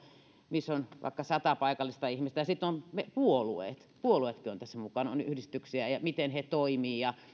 missä on vaikka sata paikallista ihmistä ja sitten on puolueet puolueetkin ovat tässä mukana ne ovat yhdistyksiä on huomioitava se miten he toimivat ja